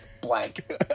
blank